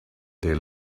they